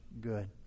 good